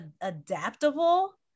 adaptable